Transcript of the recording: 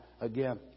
again